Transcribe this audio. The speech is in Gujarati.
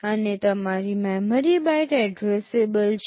અને તમારી મેમરી બાઇટ એડ્રેસેબલ છે